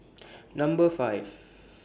Number five